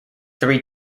three